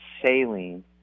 saline